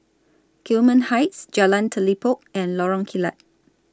Gillman Heights Jalan Telipok and Lorong Kilat